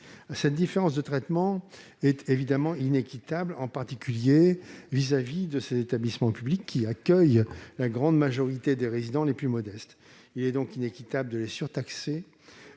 Cette différence de traitement est évidemment inéquitable, en particulier à l'égard des établissements publics, qui accueillent la grande majorité des résidents les plus modestes ; il est donc inéquitable de les surtaxer.